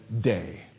day